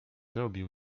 robił